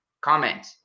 comment